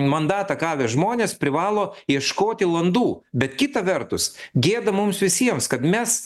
mandatą gavę žmonės privalo ieškoti landų bet kita vertus gėda mums visiems kad mes